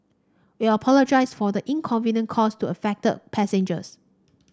we apologise for the inconvenience caused to affected passengers